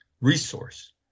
resource